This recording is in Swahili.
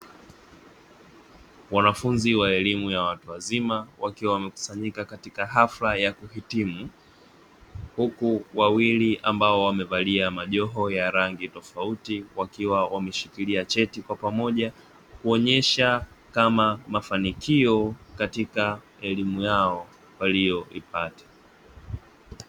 Wanafunzi wa elimu ya watu wazima wakiwa wamekusanya katika hafla ya kuhitimu, huku wawili ambao wamevalia majoho ya rangi tofauti, wakiwa wameshikilia cheti kwa pamoja kuonyesha kama mafanikio katika elimu yao waliyoipata.